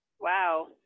Wow